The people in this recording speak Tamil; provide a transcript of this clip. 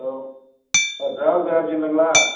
hello sir travels ஏஜெண்டுங்களா